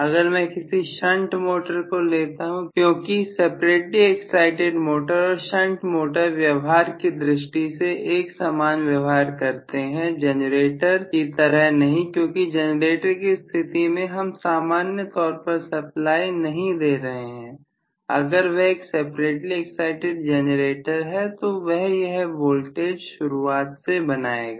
अगर मैं किसी शंट मोटर को लेता हूं क्योंकि सेपरेटली एक्साइटिड मोटर और शंट मोटर व्यवहार की दृष्टि से एक समान व्यवहार करते हैं जनरेटर की तरह नहीं क्योंकि जनरेटर की स्थिति में हम सामान्य तौर पर सप्लाई नहीं दे रहे हैं अगर वह एक सेपरेटली एक्साइटिड जेनरेटर है तो वह यह वोल्टेज शुरुआत से बनाएगा